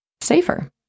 safer